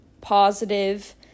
positive